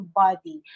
body